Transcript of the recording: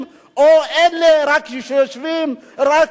אדוני היושב-ראש?